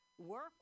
Work